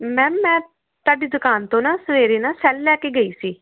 ma'am ਮੈਂ ਤੁਹਾਡੀ ਦੁਕਾਨ ਤੋਂ ਨਾ ਸਵੇਰੇ ਨਾ ਸੈੱਲ ਲੈ ਕੇ ਗਈ ਸੀ